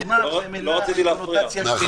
"דומיו" זו מילה עם קונוטציה שלילית.